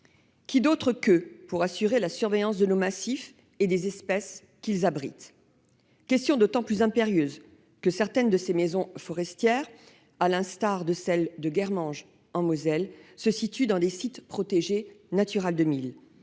qui d'autres qu'eux pour assurer la surveillance de nos massifs et des espèces qu'ils abritent ? Cette question est d'autant plus impérieuse que certaines de ces maisons forestières, à l'instar de celle de Guermange, en Moselle, se situent dans des sites protégés Natura 2000